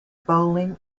bowling